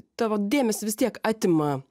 tavo dėmesį vis tiek atima